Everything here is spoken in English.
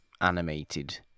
animated